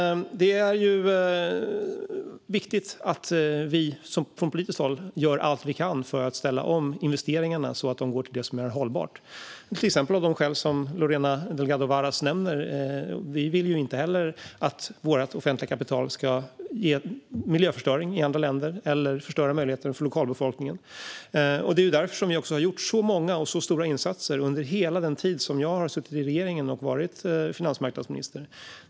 Det är viktigt att vi från politiskt håll gör allt vi kan för att ställa om investeringarna så att de går till det som är hållbart, till exempel av de skäl som Lorena Delgado Varas nämner. Vi vill inte heller att vårt offentliga kapital ska ge miljöförstöring i andra länder eller förstöra möjligheter för lokalbefolkningen. Det är också därför vi har gjort så många och så stora insatser under hela den tid jag har suttit i regeringen och varit finansmarknadsminister.